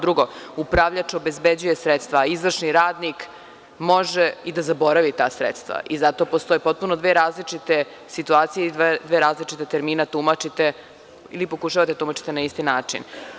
Drugo, upravljač obezbeđuje sredstva, a izvršni radnik može i da zaboravi ta sredstva i zato postoje dve različite situacije i dva različita termina tumačite ili pokušavate da tumačite na isti način.